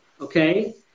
okay